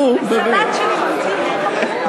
כלום, הסלט שלי, מה?